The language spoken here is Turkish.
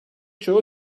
çoğu